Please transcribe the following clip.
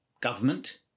government